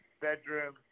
bedroom